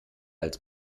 als